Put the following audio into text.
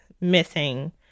missing